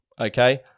okay